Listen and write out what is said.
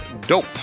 Dope